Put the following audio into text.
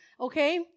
Okay